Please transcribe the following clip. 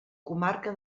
comarca